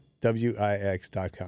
W-I-X.com